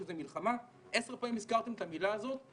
10 פעמים הזכרתם את המילה הזאת.